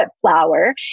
flour